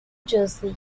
jersey